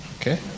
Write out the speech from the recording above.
Okay